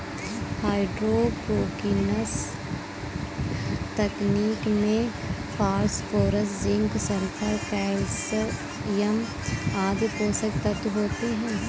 hydroponics तकनीक में phosphorus, zinc, sulphur, calcium आदि पोषक तत्व होते है